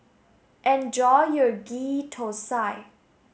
enjoy your Ghee Thosai